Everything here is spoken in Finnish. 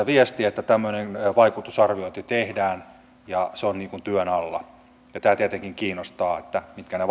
viestiä että tämmöinen vaikutusarviointi tehdään ja se on työn alla tämä tietenkin kiinnostaa mitkä ne